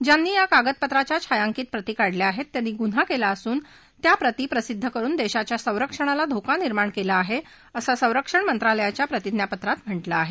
ज्यांनी या कागदपत्राच्या छायांकीत प्रति काढल्या आहेत त्यांनी गुन्हा केला असून या प्रति प्रसिद्ध करुन देशाच्या संरक्षणाला धोका निर्माण केला आहे असं संरक्षण मंत्रालयाच्या प्रतिज्ञापत्रात म्हटलं आहे